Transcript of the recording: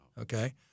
okay